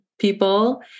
people